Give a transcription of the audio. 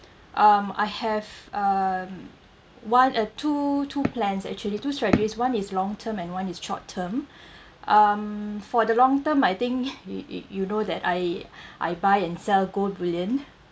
um I have um one eh two two plans actually two strategies one is long term and one is short term um for the long term I think you you you know that I I buy and sell gold bullion